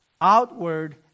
outward